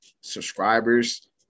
subscribers